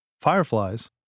Fireflies